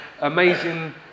Amazing